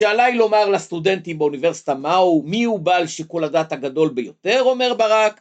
שעלי לומר לסטודנטים באוניברסיטה מה הוא, מי הוא בעל שיקול הדעת הגדול ביותר, אומר ברק.